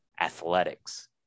athletics